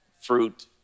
fruit